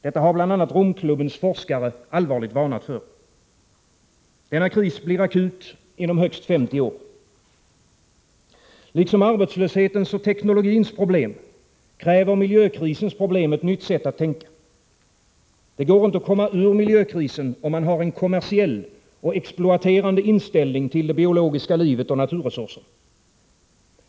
Detta har bl.a. Romklubbens forskare allvarligt varnat för. Denna kris blir akut inom högst 50 år. Liksom arbetslöshetens och teknologins problem kräver miljökrisens problem ett nytt sätt att tänka. Det går inte att komma ur miljökrisen, om man har en kommersiell, exploaterande inställning till det biologiska livet och naturresurserna.